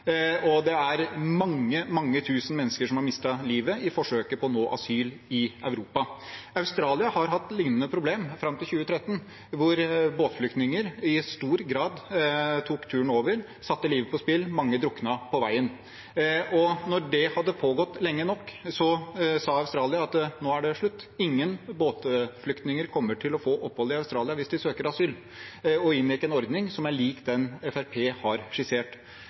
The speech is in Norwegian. Det er mange, mange tusen mennesker som har mistet livet i forsøket på å få asyl i Europa. Australia hadde lignende problemer fram til 2013, da båtflyktninger i stor grad tok turen over og satte livet på spill. Mange druknet på veien. Da det hadde pågått lenge nok, sa Australia at nå var det slutt, ingen båtflyktninger kom til å få opphold i Australia hvis de søkte asyl. De innførte en ordning som er lik den Fremskrittspartiet har skissert.